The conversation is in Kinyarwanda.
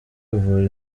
uvura